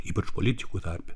ypač politikų tarpe